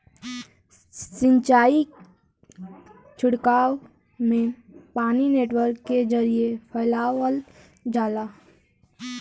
सिंचाई छिड़काव में पानी नेटवर्क के जरिये फैलावल जाला